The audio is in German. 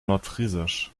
nordfriesisch